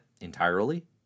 entirely